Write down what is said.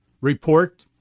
report